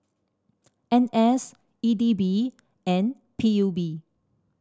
N S E D B and P U B